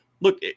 look